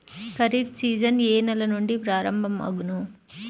Kharif season ఏ నెల నుండి ప్రారంభం అగును?